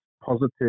positive